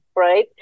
right